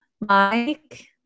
Mike